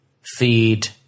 feed